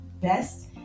best